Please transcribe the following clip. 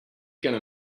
gonna